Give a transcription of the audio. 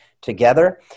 together